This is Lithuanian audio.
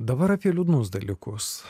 dabar apie liūdnus dalykus